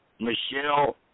Michelle